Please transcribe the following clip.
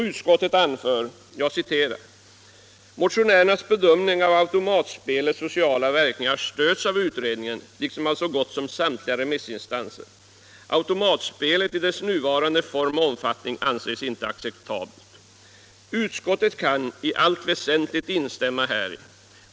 Utskottet anför på s. 10 i betänkandet följande: ”Motionärernas bedömning av automatspelets sociala verkningar stöds av utredningen liksom av så gott som samtliga remissinstanser. Automatspelet i dess nuvarande form och omfattning anses inte acceptabelt. Utskottet kan i allt väsentligt instämma häri.